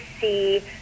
see